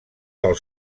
del